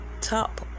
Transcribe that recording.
top